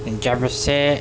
جب سے